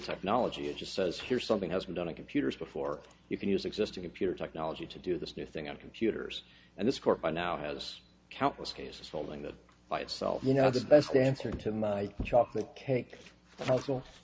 technology it just says here's something has been done on computers before you can use existing computer technology to do this new thing on computers and this court by now has countless cases folding that by itself you know the best answer to my chocolate cake